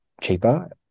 cheaper